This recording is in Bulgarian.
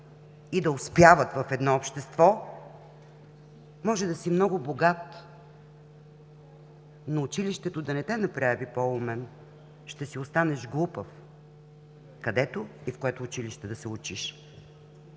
и да успяват в едно общество. Може да си много богат, но училището да не те направи по-умен, ще си останеш глупав, където и в което училище да се учиш.